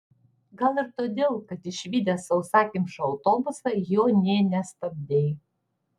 gal ir todėl kad išvydęs sausakimšą autobusą jo nė nestabdei